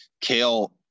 Kale